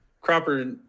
Cropper